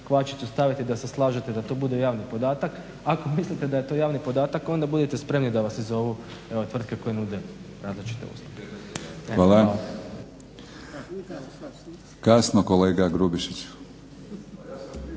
kvačicu staviti da se slažete da to bude javni podatak. Ako mislite da je to javni podatak onda budite spremni da vas i zovu tvrtke koje nude različite usluge. Hvala. **Batinić,